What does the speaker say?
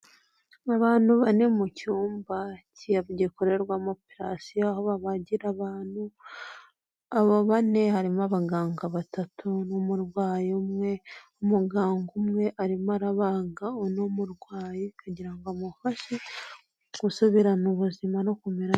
Abantu bane mu cyumba gikorerwamo operation aho babagira abantu, abo bane harimo abaganga batatu n'umurwayi umwe. Umuganga umwe arimo arabangaga uno murwayi kugira ngo amufashe gusubirana ubuzima no kumera.